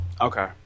Okay